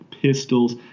pistols